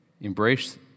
embrace